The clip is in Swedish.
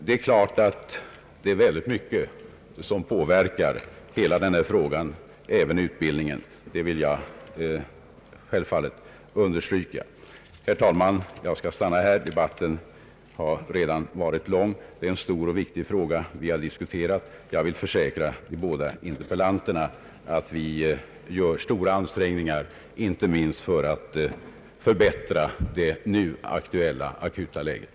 Det är klart att det är många faktorer som påverkar hela denna fråga. Även utbildningen gör det, och det vill jag självfallet understryka. Herr talman! Jag skall nöja mig med detta. Debatten har redan varit lång. Det är en stor och viktig fråga som vi har diskuterat. Jag vill försäkra de båda interpellanterna att vi gör stora ansträngningar inte minst för att förbättra det nu aktuella läget.